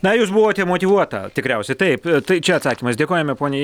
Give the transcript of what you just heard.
na jūs buvote motyvuota tikriausiai taip tai čia atsakymas dėkojame poniai